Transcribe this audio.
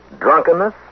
drunkenness